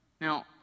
now